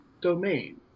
domain